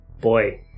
boy